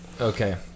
Okay